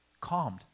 calmed